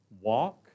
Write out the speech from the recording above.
walk